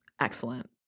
Excellent